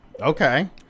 Okay